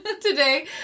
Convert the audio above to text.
Today